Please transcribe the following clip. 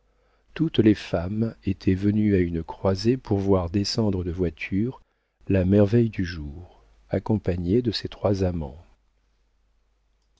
toutes les femmes étaient venues à une croisée pour voir descendre de voiture la merveille du jour accompagnée de ses trois amants